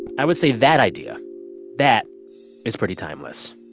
i would say that idea that is pretty timeless